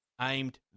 aimed